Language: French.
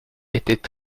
étaient